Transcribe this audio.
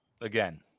again